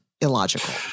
illogical